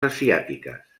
asiàtiques